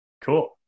Cool